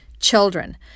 children